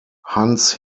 hans